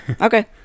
okay